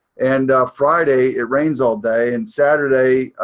and friday, it rains all day and saturday,